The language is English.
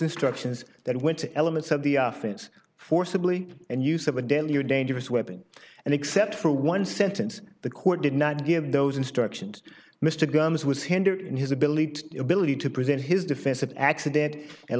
instructions that went to elements of the offense forcibly and use of a deadly or dangerous weapon and except for one sentence the court did not give those instructions mr gumbs was hindered in his ability ability to present his defense of accidental and